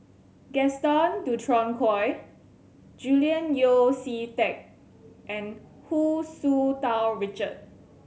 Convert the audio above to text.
Gaston Dutronquoy Julian Yeo See Teck and Hu Tsu Tau Richard